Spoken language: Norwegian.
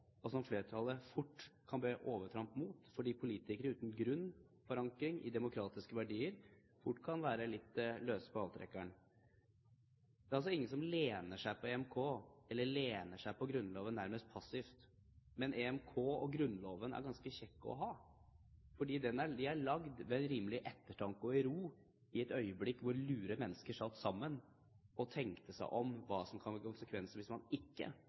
og som flertallet fort kan begå overtramp mot fordi politikere uten grunn, forankring, i demokratiske verdier fort kan være litt løse på avtrekkeren. Det er ingen som lener seg på EMK, eller som lener seg på Grunnloven nærmest passivt, men EMK og Grunnloven er ganske kjekke å ha. De er laget ved en rimelig ettertanke og i ro i et øyeblikk hvor lure mennesker satt sammen og tenkte seg om og på hva som ville bli konsekvensen hvis man ikke